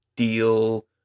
Deal